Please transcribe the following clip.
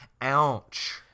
Ouch